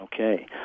Okay